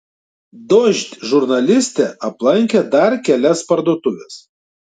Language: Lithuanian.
dožd žurnalistė aplankė dar kelias parduotuves